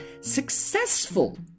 Successful